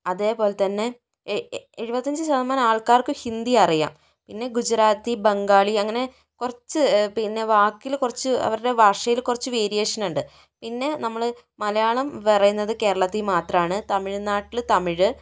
അതേപോലെതന്നെ എ എഴുപത്തഞ്ച് ശതമാനം ആൾക്കാർക്കും ഹിന്ദി അറിയാം പിന്നെ ഗുജറാത്തി ബംഗാളി അങ്ങനെ കുറച്ച് പിന്നെ വാക്കിൽ കുറച്ച് അവരുടെ ഭാഷയിൽ കുറച്ച് വേരിയേഷൻ ഉണ്ട് പിന്നെ നമ്മൾ മലയാളം പറയുന്നത് കേരളത്തിൽ മാത്രമാണ് തമിഴ്നാട്ടിൽ തമിഴ്